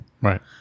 Right